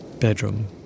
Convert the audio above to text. bedroom